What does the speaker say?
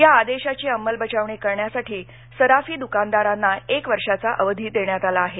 या आदेशाची अंमलबजावणी करण्यासाठी सराफी द्कानदारांना एक वर्षाचा अवधी देण्यात आला आहे